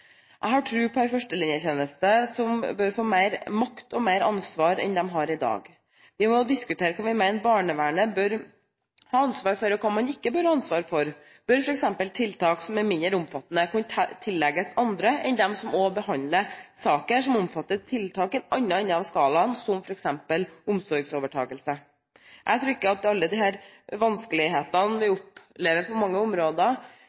Jeg har tro på en førstelinjetjeneste som bør få mer makt og mer ansvar enn den har i dag. Vi må diskutere hva vi mener barnevernet bør ha ansvar for, og hva det ikke bør ha ansvar for. Bør f.eks. tiltak som er mindre omfattende, kunne tillegges andre enn dem som også behandler saker som omfatter tiltak i andre enden av skalaen, som f.eks. omsorgsovertakelse? Jeg tror ikke at alle vanskelighetene vi opplever på mange områder,